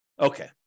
Okay